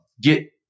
get